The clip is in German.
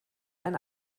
ein